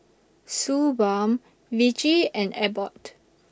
Suu Balm Vichy and Abbott